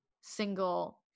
single